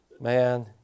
Man